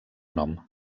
nom